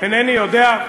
אינני יודע,